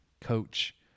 coach